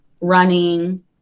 running